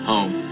Home